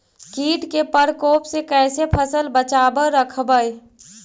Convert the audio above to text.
कीट के परकोप से कैसे फसल बचाब रखबय?